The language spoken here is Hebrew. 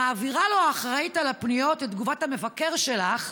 מעבירה לו האחראית לפניות את תגובת המבקר שלך.